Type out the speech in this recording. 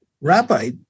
Rabbi